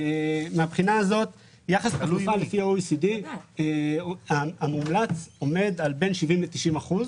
מהבחינה הזאת היחס המומלץ של ה-OECD עומד על בין 70 ל-90 אחוזים.